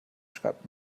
schreibt